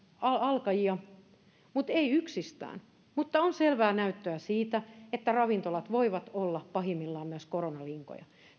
alkajia eivät yksistään mutta on selvää näyttöä siitä että ravintolat voivat olla pahimmillaan myös koronalinkoja